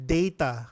data